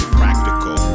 practical